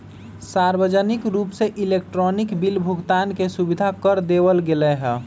सार्वजनिक रूप से इलेक्ट्रॉनिक बिल भुगतान के सुविधा कर देवल गैले है